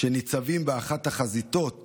שניצבים באחת החזיתות